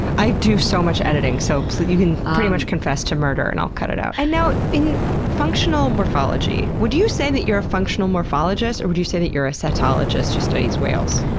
i do so much editing, so, you can pretty much confess to murder and i'll cut it out. and now, in functional morphology, would you say that you're a functional morphologist, or would you say that you're a cetologist who studies whales?